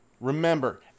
Remember